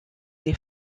les